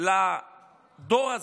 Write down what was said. לדור הזה,